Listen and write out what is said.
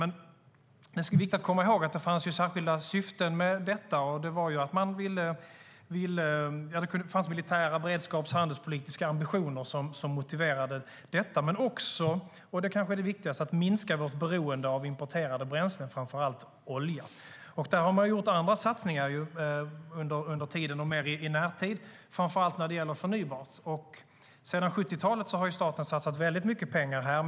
Vi ska komma ihåg att det fanns särskilda syften med det. Det var militära och beredskaps och handelspolitiska ambitioner som motiverade detta, men det gjordes också - och det är kanske det viktigaste - för att minska vårt beroende av importerade bränslen, framför allt olja. Där har man gjort andra satsningar i närtid, framför allt när det gäller förnybart. Sedan 70-talet har staten satsat väldigt mycket pengar här.